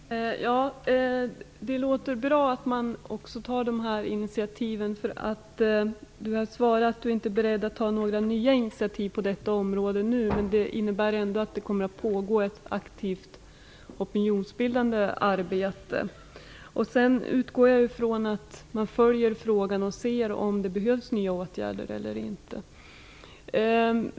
Fru talman! Det låter bra att man tar de här initiativen. Ylva Johansson har svarat att hon inte är beredd att ta några nya initiativ på detta område nu, men det innebär ändå att det kommer att pågå ett aktivt opinionsbildande arbete. Jag utgår från att man följer frågan och ser om det behövs nya åtgärder eller inte.